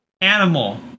Animal